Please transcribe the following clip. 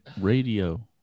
radio